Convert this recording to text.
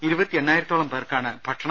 ഇരുപത്തി എണ്ണാ യിരത്തോളം പേർക്കാണ് ഭക്ഷണം